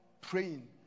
praying